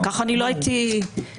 ככה אני לא הייתי --- לא,